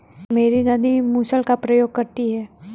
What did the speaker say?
मेरी दादी मूसल का प्रयोग करती हैं